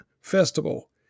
festival